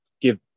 give